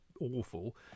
awful